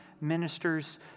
ministers